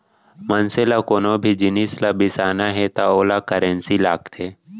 मनसे ल कोनो भी जिनिस ल बिसाना हे त ओला करेंसी लागथे